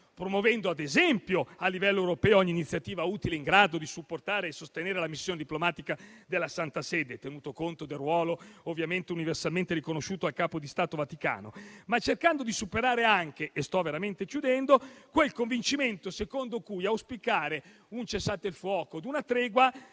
promuovendo ad esempio a livello europeo ogni iniziativa utile in grado di supportare e sostenere la missione diplomatica della Santa Sede, tenuto conto del ruolo universalmente riconosciuto al Capo di Stato vaticano. Ciò cercando di superare anche - e sto veramente chiudendo - quel convincimento secondo cui auspicare un cessate il fuoco e una tregua